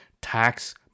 tax